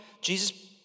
Jesus